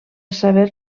saber